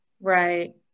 Right